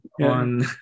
on